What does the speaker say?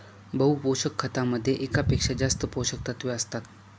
बहु पोषक खतामध्ये एकापेक्षा जास्त पोषकतत्वे असतात